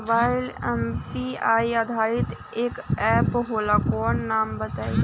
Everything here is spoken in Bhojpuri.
मोबाइल म यू.पी.आई आधारित एप कौन होला ओकर नाम बताईं?